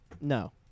No